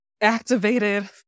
activated